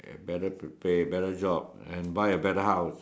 ya better prepare better job and buy a better house